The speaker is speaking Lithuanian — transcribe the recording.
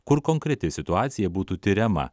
kur konkreti situacija būtų tiriama